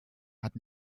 hat